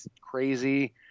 crazy